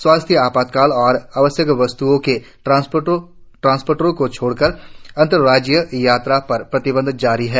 स्वास्थ्य आपातकाल और आवश्यक वस्त्ओं के ट्रांसपोर्टरों को छोड़कर अंतरराज्यीय यात्रा पर प्रतिबंध जारी है